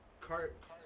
Carts